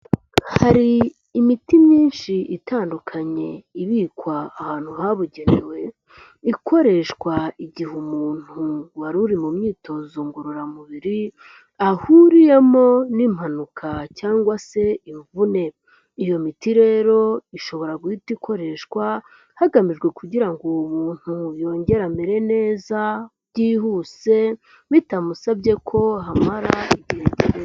Hari imiti myinshi itandukanye ibikwa ahantu habugenewe ikoreshwa igihe umuntu wari uri mu myitozo ngororamubiri ahuriyemo n'impanuka cyangwa se imvune. Iyo miti rero ishobora guhita ikoreshwa hagamijwe kugira ngo uwo muntu yongere amere neza byihuse bitamusabye ko amara igihe.